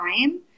time